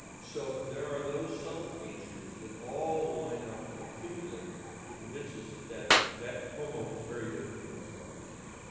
so there are those subtle features that all line up and accumulate to convince us that that that homo is very different from australopithecus.